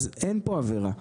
אז אין פה עבירה,